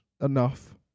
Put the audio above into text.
enough